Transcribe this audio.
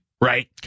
Right